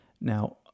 Now